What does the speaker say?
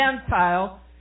Gentile